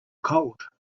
cold